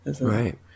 Right